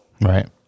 Right